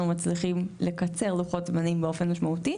מצליחים לקצר לוחות זמנים באופן משמעותי.